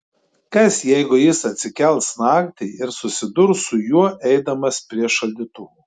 kas jeigu jis atsikels naktį ir susidurs su juo eidamas prie šaldytuvo